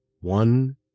one